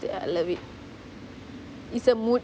ya I love it it's a mood